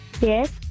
Yes